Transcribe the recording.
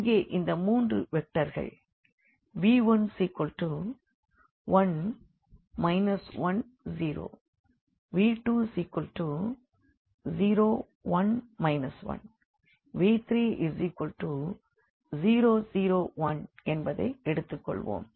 இங்கே இந்த மூன்று வெக்டர்கள் v11 10v201 1v3001என்பதை எடுத்துக் கொள்வோம்